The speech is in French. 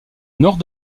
nord